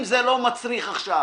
אם זה לא מצריך עכשיו